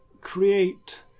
create